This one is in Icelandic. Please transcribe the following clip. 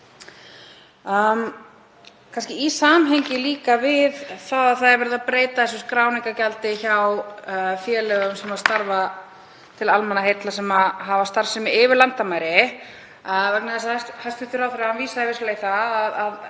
að verið er að breyta skráningargjaldi hjá félögum sem starfa til almannaheilla og hafa starfsemi yfir landamæri.